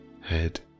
head